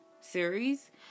series